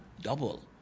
double